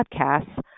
Podcasts